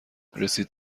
رسید